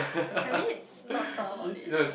can we not talk about this